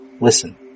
Listen